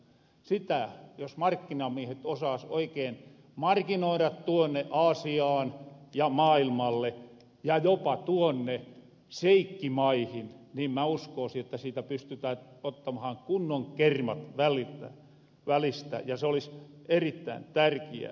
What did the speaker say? sitä jos markkinamiehet osaas oikein markinoida aasiaan ja maailmalle ja jopa tuonne sheikkimaihin ni mä uskoosin jotta siitä pystytään ottamaha kunnon kermat välistä ja se olis erittäin tärkiää